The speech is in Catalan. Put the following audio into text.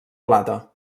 plata